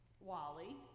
Wally